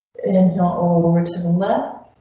and and how over to the left?